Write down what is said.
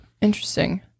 Interesting